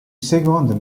seconde